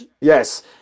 Yes